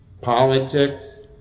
politics